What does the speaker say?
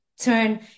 turn